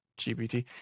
GPT